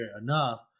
enough